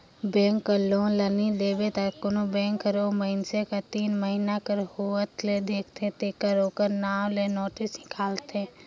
bank कर loan ल नी देबे त कोनो बेंक हर ओ मइनसे ल तीन महिना कर होवत ले देखथे तेकर ओकर नांव कर नोटिस हिंकालथे